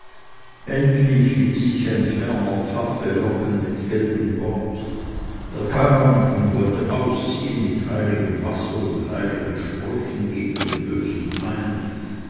endlich ließ sich ein ferner pfaffe locken mit geld und wort er kam und wollte ausziehen mit heiligem wasser und heiligen sprüchen gegen den bösen feind